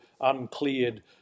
uncleared